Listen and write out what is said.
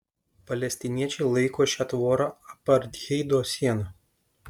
palestiniečiai laiko šią tvorą apartheido siena